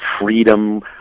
freedom